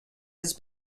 has